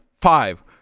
Five